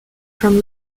from